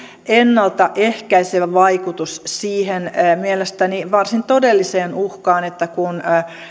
ennalta ehkäisevä vaikutus siihen mielestäni varsin todelliseen uhkaan että kun